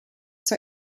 zur